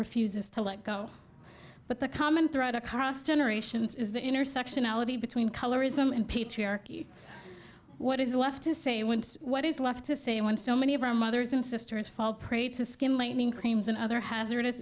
refuses to let go but the common thread across generations is the intersectionality between colorism and patriarchy what is left to say and what is left to say when so many of our mothers and sisters fall prey to skin lightening creams and other hazardous